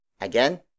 Again